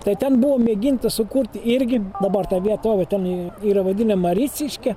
tai ten buvo mėginta sukurti irgi dabar ta vietovė ten yra vadinama riciške